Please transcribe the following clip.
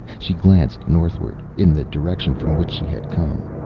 she glanced northward, in the direction from which she had come.